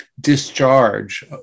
discharge